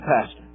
Pastor